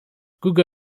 google